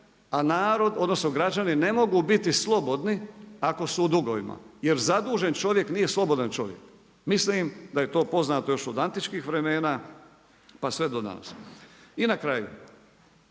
a narod odnosno građani ne mogu biti slobodni ako su u dugovima. Jer zadužen čovjek nije slobodan čovjek. Mislim da je to poznato još od antičkih vremena, pa sve do danas. I na kraju,